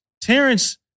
Terrence